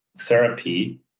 therapy